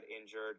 injured